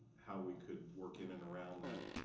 how we could work in and around that